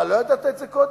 מה, לא ידעת את זה קודם?